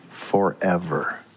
forever